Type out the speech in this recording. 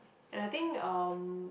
and I think um